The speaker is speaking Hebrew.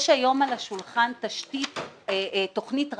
יש היום על השולחן תוכנית רב-שנתית,